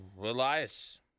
Elias